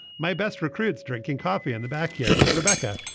my best recruits drinking coffee in the back here. rebecca.